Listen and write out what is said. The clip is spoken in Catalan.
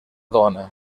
dona